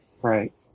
Right